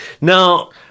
now